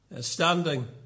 standing